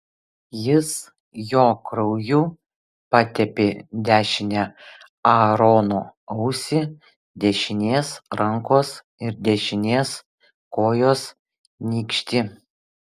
jis jo krauju patepė dešinę aarono ausį dešinės rankos ir dešinės kojos nykštį